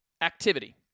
activity